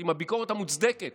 עם הביקורת המוצדקת